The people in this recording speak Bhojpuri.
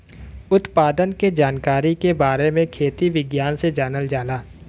उत्पादन के जानकारी के बारे में खेती विज्ञान से जानल जाला